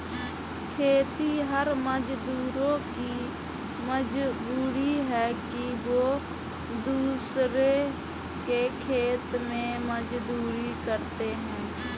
खेतिहर मजदूरों की मजबूरी है कि वे दूसरों के खेत में मजदूरी करते हैं